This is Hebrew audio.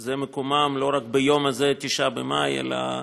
זה מקומם לא רק ביום הזה, 9 במאי, אלא ביום-יום,